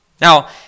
Now